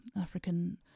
African